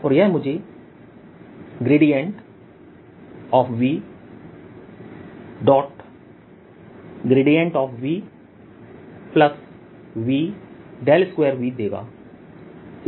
और यह मुझे ∇V∇VV2V देगा